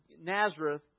Nazareth